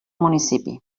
municipi